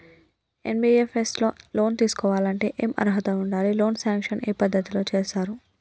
NBFS లో loan తీస్కోవాలంటే ఏం అర్హత ఉండాలి? లోన్ సాంక్షన్ ఏ పద్ధతి లో చేస్తరు వాళ్లు?